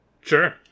Sure